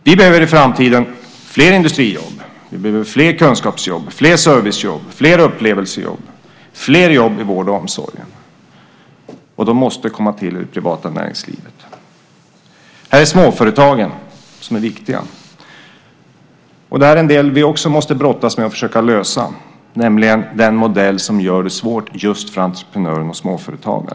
Vi behöver i framtiden fler industrijobb, fler kunskapsjobb, fler servicejobb, fler upplevelsejobb och fler jobb inom vård och omsorg, och de måste komma till i det privata näringslivet. Här är småföretagen viktiga. Detta är någonting som vi också måste brottas med och försöka lösa, det vill säga den modell som gör det svårt just för entreprenörer och småföretagare.